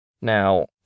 Now